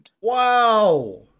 wow